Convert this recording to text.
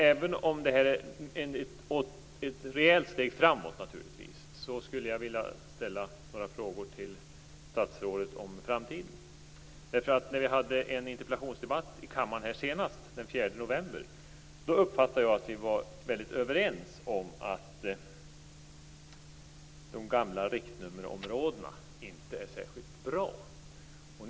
Även om det här naturligtvis är ett rejält steg framåt skulle jag vilja ställa några frågor till statsrådet om framtiden. När vi den 4 november hade en interpellationsdebatt i den här frågan här i kammaren uppfattade jag att vi var väldigt överens om att de gamla riktnummerområdena inte är särskilt bra.